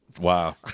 Wow